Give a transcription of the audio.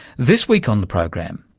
this week on the program,